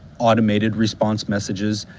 automated response messages,